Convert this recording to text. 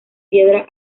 piedra